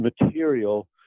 material